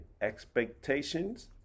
expectations